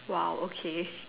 !wow! okay